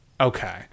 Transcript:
Okay